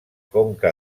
conca